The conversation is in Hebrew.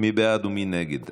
מי בעד ומי נגד?